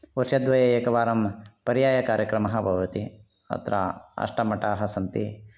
वर्षद्वये एकवारं पर्यायकार्यक्रमः भवति अत्र अष्टमठाः सन्ति